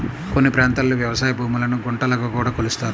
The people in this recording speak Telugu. కొన్ని ప్రాంతాల్లో వ్యవసాయ భూములను గుంటలుగా కూడా కొలుస్తారు